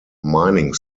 mining